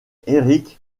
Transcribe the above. erik